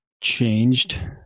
changed